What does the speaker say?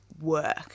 work